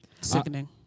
Sickening